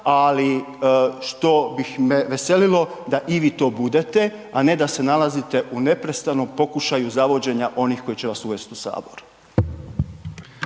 ali što bih me veselilo, da i vi to budete a ne da se nalazite u neprestanom pokušaju zavođenja onih koji će vas uvest u Sabor.